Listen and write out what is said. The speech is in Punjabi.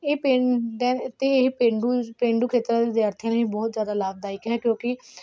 ਇਹ ਪਿੰਡ ਦ ਅਤੇ ਇਹ ਪੇਂਡੂ ਪੇਂਡੂ ਖੇਤਰ ਦੇ ਵਿਦਿਆਰਥੀਆਂ ਲਈ ਬਹੁਤ ਜ਼ਿਆਦਾ ਲਾਭਦਾਇਕ ਹੈ ਕਿਉਂਕਿ